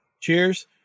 cheers